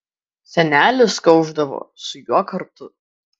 senelis kaušdavo su juo kartu